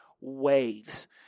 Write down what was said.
waves